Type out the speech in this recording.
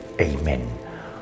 Amen